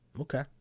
okay